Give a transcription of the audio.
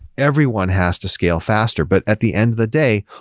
everyone has to scale faster. but at the end of the day,